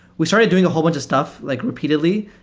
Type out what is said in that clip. we started doing a whole bunch of stuff like repeatedly,